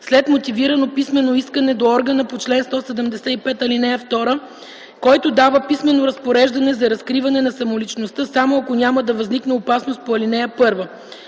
след мотивирано писмено искане до органа по чл. 175, ал. 2, който дава писмено разпореждане за разкриване на самоличността само ако няма да възникне опасност по ал. 1.